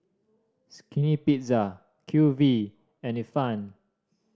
Skinny Pizza Q V and Ifan